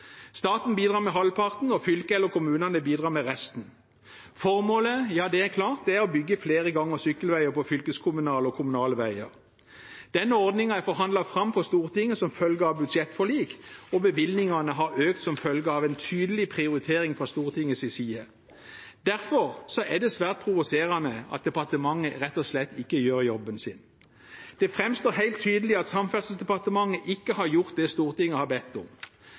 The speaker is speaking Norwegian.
Staten bidrar med halvparten, og fylket og kommunene bidrar med resten. Formålet er klart: å bygge flere gang- og sykkelveier på fylkeskommunale og kommunale veier. Denne ordningen er forhandlet fram på Stortinget som følge av budsjettforlik, og bevilgningene har økt som følge av en tydelig prioritering fra Stortingets side. Derfor er det svært provoserende at departementet rett og slett ikke gjør jobben sin. Det framstår helt tydelig at Samferdselsdepartementet ikke har gjort det Stortinget har bedt om.